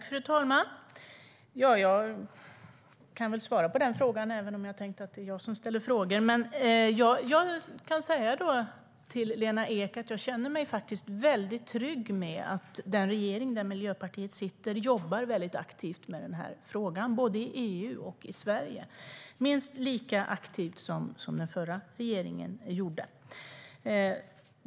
Fru talman! Jag kan väl svara på den frågan även om jag tänkte att det är jag som ställer frågor. Jag kan säga till Lena Ek att jag faktiskt känner mig väldigt trygg med att den regering där Miljöpartiet sitter jobbar aktivt med den här frågan både i EU och i Sverige - minst lika aktivt som den förra regeringen jobbade.